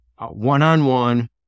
one-on-one